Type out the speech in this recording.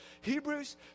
Hebrews